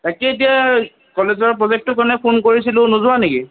তাকেই এতিয়া কলেজৰ প্ৰজেক্টটোৰ কাৰণে ফোন কৰিছিলো নোযোৱা নেকি